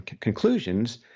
conclusions